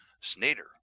Snyder